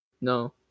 No